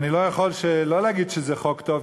אני לא יכול שלא להגיד שזה חוק טוב,